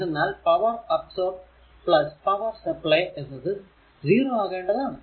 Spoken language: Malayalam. എന്തെന്നാൽ പവർ അബ്സോർബ് പവർ സപ്ലൈ എന്നത് 0 ആകേണ്ടതാണ്